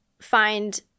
find